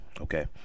okay